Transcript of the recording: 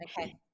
okay